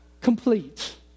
complete